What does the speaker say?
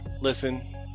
Listen